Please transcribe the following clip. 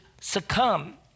succumb